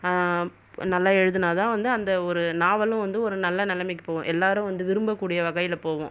நல்லா எழுதுனாதான் வந்து அந்த ஒரு நாவல் வந்து நல்ல ஒரு நிலைமைக்கு போகும் எல்லாரும் வந்து விரும்பக் கூடிய வகையில போகும்